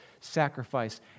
sacrifice